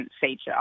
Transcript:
feature